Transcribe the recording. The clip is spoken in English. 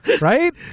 Right